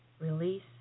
release